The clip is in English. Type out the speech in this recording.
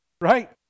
right